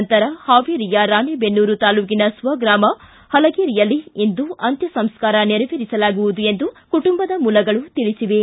ನಂತರ ಪಾವೇರಿಯ ರಾಣೇಬೆನ್ನೂರು ತಾಲೂಕಿನ ಸ್ವಗ್ರಾಮ ಪಲಗೇರಿಯಲ್ಲಿ ಇಂದು ಅಂತ್ಮ ಸಂಸ್ಕಾರ ನೆರವೇರಿಸಲಾಗುವುದು ಎಂದು ಕುಟುಂಬದ ಮೂಲಗಳು ತಿಳಿಸಿವೆ